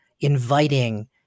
inviting